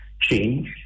change